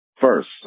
First